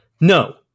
No